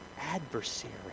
adversary